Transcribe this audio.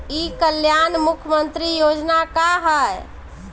ई कल्याण मुख्य्मंत्री योजना का है?